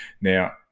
Now